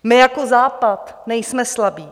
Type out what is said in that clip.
My jako Západ nejsme slabí.